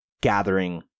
gathering